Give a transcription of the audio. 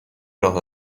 راه